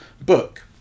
book